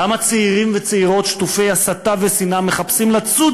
למה צעירים וצעירות שטופי הסתה ושנאה מחפשים לצוד,